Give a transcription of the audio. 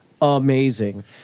amazing